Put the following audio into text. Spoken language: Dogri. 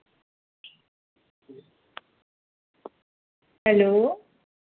हैल्लो